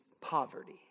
poverty